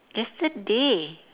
yesterday